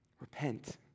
Repent